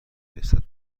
نسبت